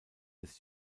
des